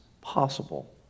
possible